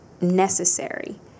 necessary